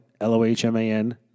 L-O-H-M-A-N